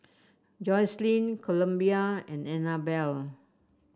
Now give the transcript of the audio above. Jocelyne Columbia and Annabelle